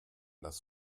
das